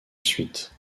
suite